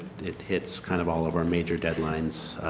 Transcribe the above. it hits kind of all of our major deadlines.